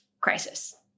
crisis